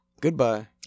Goodbye